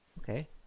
Okay